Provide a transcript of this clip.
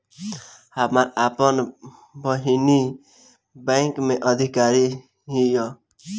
हमार आपन बहिनीई बैक में अधिकारी हिअ